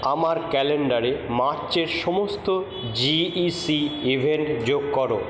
আমার ক্যালেণ্ডারে মার্চের সমস্ত জিইসি ইভেন্ট যোগ করো